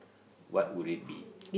what would it be